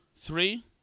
three